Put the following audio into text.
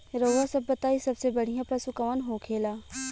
रउआ सभ बताई सबसे बढ़ियां पशु कवन होखेला?